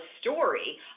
story